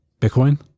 Bitcoin